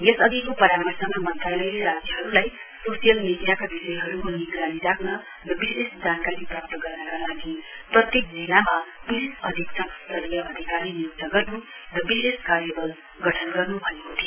यसअघिको परामर्शमा मन्त्रालयले राज्यहरुलाई सोसियल मिडियाका विषयहरुको निगरानी राख्न र विशेष जानकारी प्राप्त गर्नका लागि प्रत्येक जिल्लामा पुलिस अधीक्षक स्तरीय अधिकारी नियुक्त गर्न् र विशेष कार्यवल गठन गर्न् भनेको थियो